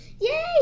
Yay